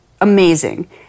amazing